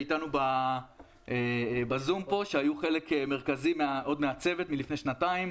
שהיו חלק מרכזי מהצוות עוד מלפני שנתיים.